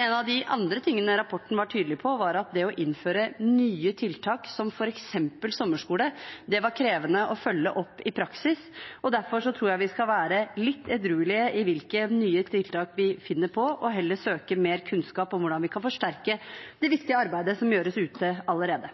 en av de andre tingene rapporten var tydelig på, var at det å innføre nye tiltak, som f.eks. sommerskole, var krevende å følge opp i praksis. Derfor tror jeg vi skal være litt edruelige med hensyn til hvilke nye tiltak vi finner på, og heller søke mer kunnskap om hvordan vi kan forsterke det viktige arbeidet som gjøres ute i skolen allerede.